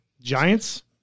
Giants